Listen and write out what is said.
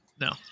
No